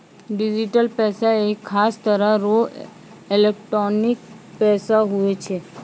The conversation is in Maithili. डिजिटल पैसा एक खास तरह रो एलोकटानिक पैसा हुवै छै